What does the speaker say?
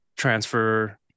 transfer